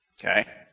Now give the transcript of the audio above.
Okay